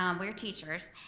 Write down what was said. um we are teachers.